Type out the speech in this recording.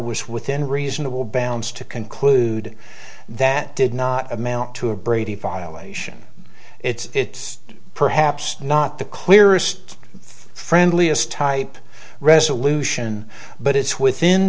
was within reasonable bounds to conclude that did not amount to a brady violation it's perhaps not the clearest friendliest type resolution but it's within